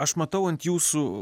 aš matau ant jūsų